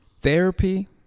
Therapy